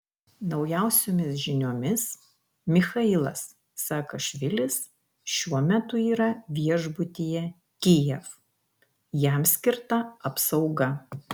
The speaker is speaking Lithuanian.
naujausiomis žiniomis michailas saakašvilis šiuo metu yra viešbutyje kijev jam skirta apsauga